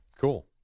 Cool